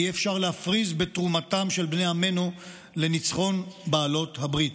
אי-אפשר להפריז בתרומתם של בני עמנו לניצחון בעלות הברית.